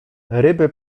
ryby